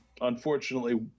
unfortunately